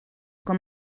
com